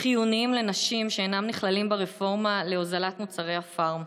חיוניים לנשים שאינם נכללים ברפורמה להוזלת מוצרי הפארם.